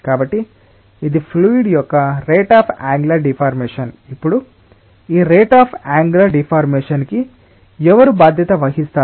కాబట్టి ఇది ఫ్లూయిడ్ యొక్క రేట్ అఫ్ అన్గులర్ డిఫార్మేషన్ ఇప్పుడు ఈ రేట్ అఫ్ అన్గులర్ డిఫార్మేషన్ కి ఎవరు బాధ్యత వహిస్తారు